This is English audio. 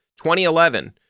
2011